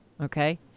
okay